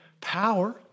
power